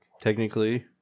technically